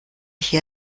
hier